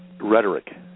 Rhetoric